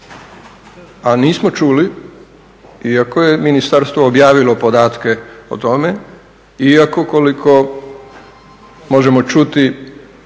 A nismo čuli iako je Ministarstvo objavilo podatke o tome, iako koliko možemo čuti